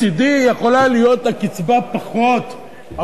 מצדי יכולה להיות קצבה פחותה,